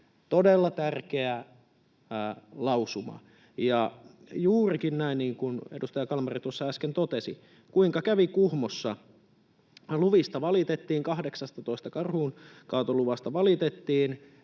Todella tärkeä lausuma. Ja juurikin näin kuin edustaja Kalmari tuossa äsken totesi. Kuinka kävi Kuhmossa? Luvista valitettiin, 18 karhunkaatoluvasta valitettiin,